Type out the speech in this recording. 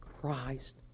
Christ